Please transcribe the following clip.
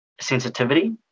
Sensitivity